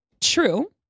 true